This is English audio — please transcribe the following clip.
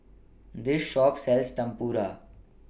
This Shop sells Tempura